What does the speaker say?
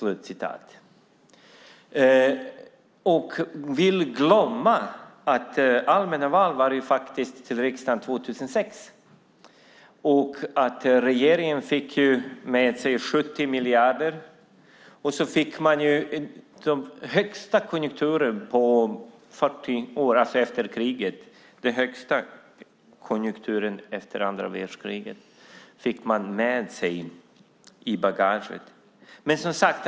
Han vill glömma att det var allmänna val till riksdagen 2006. Regeringen fick med sig 70 miljarder, och regeringen fick med sig i bagaget den högsta konjunkturen sedan andra världskriget.